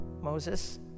Moses